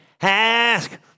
ask